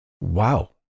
Wow